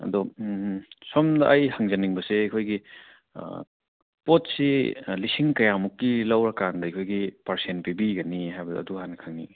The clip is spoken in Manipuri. ꯑꯗꯣ ꯁꯣꯝꯗ ꯑꯩ ꯍꯪꯖꯅꯤꯡꯕꯁꯦ ꯑꯩꯈꯣꯏꯒꯤ ꯄꯣꯠꯁꯤ ꯂꯤꯁꯤꯡ ꯀꯌꯥꯃꯨꯛꯀꯤ ꯂꯧꯔ ꯀꯥꯟꯗ ꯑꯩꯈꯣꯏꯒꯤ ꯄꯥꯔꯁꯦꯟ ꯄꯤꯕꯤꯒꯅꯤ ꯍꯥꯏꯕꯗꯣ ꯑꯗꯨ ꯍꯥꯟꯅ ꯈꯪꯅꯤꯡꯏ